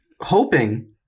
hoping